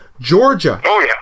Georgia